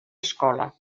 escola